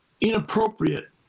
inappropriate